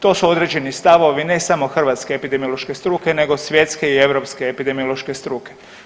To su određeni stavovi ne samo hrvatske epidemiološke struke nego svjetske i europske epidemiološke struke.